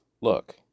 Look